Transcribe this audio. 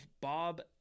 Bob